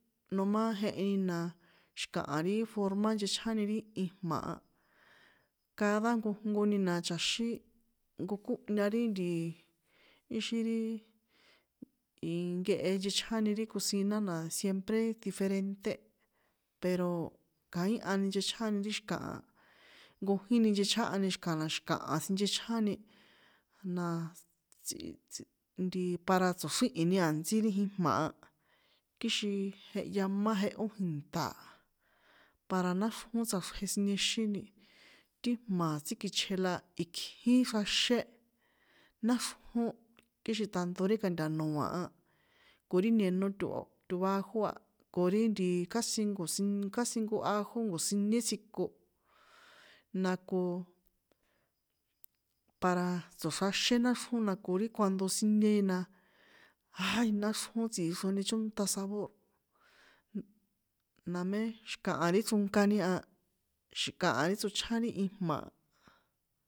Nomá jeheni na xi̱kaha ri forma nchechjáni ri ijma̱ a, cada nkojnkoni na chaxín, nkokónhña ri ntiiii, íxín ri, inckehe nchechjáni ri cosina na siempre diferente, pero kaíhani nchechjáni ri xi̱kaha, nkojín nchechjáhani xi̱kala xi̱kaha sinchechjáni, naaa, tsꞌi tsꞌi, nti para tso̱xríhini a̱ntsí ri jijma̱ a, kixin jehya má jehó jìnṭa̱, para náxrjón tsꞌaxrje siniexíni, ti jma̱ tsíkichje la ikjín xraxé, náxrjón kixin a̱nto ri ka̱nta̱no̱a̱ a, ko ri ñeno to tobajo a, ko ri ntiii, kasi nko̱siñ casi nko ajo nko̱siñé tsjiko, na ko, para tso̱xraxé náxrjón na ko ri cuando sinieni na, jaai náxrjón tsixroni chónṭa sabor, namé xi̱kaha ri chrónkani a, xi̱kaha ri tsochján ri ijma̱.